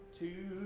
two